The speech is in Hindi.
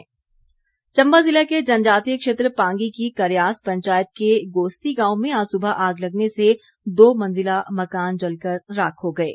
आग चंबा ज़िला के जनजातीय क्षेत्र पांगी की करयास पंचायत के गोस्ति गांव में आज सुबह आग लगने से दो मंजिला मकान जलकर राख हो गये